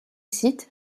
site